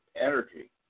energy